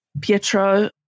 Pietro